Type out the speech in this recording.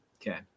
Okay